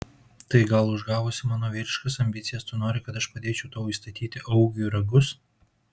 tai gal užgavusi mano vyriškas ambicijas tu nori kad aš padėčiau tau įstatyti augiui ragus